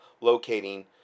locating